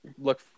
look